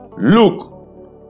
Look